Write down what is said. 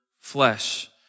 flesh